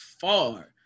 far